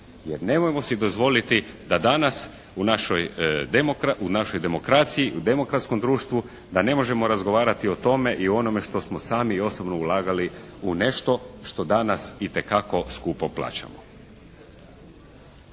Jer nemojmo si dozvoliti da danas u našoj demokraciji, u demokratskom društvu da ne možemo razgovarati o tome i onome što smo sami osobno ulagali u nešto što danas itekako skupo plaćamo.